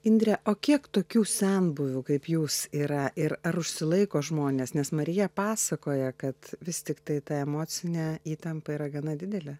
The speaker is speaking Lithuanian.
indre o kiek tokių senbuvių kaip jūs yra ir ar užsilaiko žmonės nes marija pasakoja kad vis tiktai ta emocinė įtampa yra gana didelė